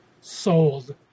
Sold